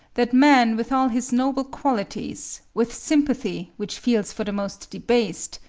that man with all his noble qualities, with sympathy which feels for the most debased,